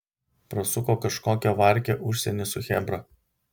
prasuko kažkokią varkę užsieny su chebra